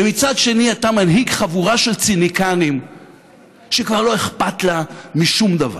ומצד שני אתה מנהיג חבורה של ציניקנים שכבר לא אכפת לה משום דבר.